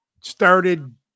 started